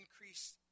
increase